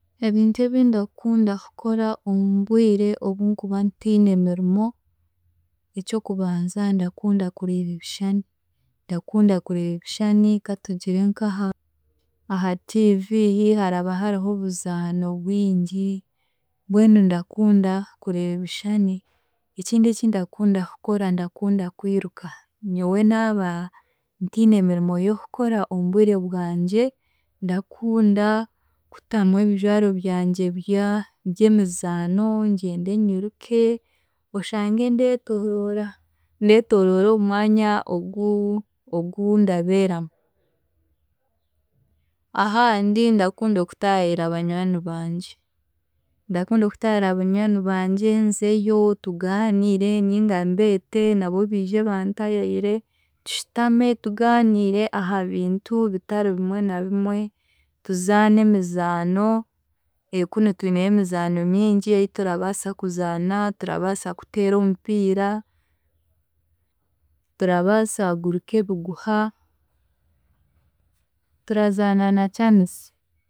Ebintu ebi ndakunda kukora omu bwire obunkuba ntiine mirimo; eky'okubanza ndakunda kureeba ebishani, ndakunda kureeba ebishani katugire nk'aha aha TV haraba hariho obuzaano bwingi mbwenu ndakunda kureeba ebiishani, ekindi ekindakunda kukora ndakunda kwiruka, nyowe naaba ntiine mirimo y'okukora omu bwire bwangye, ndakunda kutamu ebijwaro byangye bya- by'emizaano ngyende nyiruke, oshange ndeetooroora, ndetoorora omu mwanya ogu, ogu, ogundabeeramu. Ahandi ndakunda okutaayaira banywanii bangye, ndakunda okutaayaira banywani bangye, nzeyo tugaaniire ninga mbeete nabo biije bantaayaire tushutame tugaaniire aha bintu bitari bimwe na bimwe, tuzaane emizaano kunu twineyo emizaano mingi ei turabaasa kuzaana, turabaasa kuteera omupiira, turabaasa kuguruka ebiguha, turazaana na kyanisi.